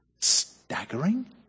Staggering